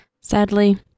Sadly